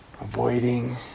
avoiding